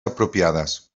apropiades